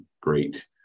great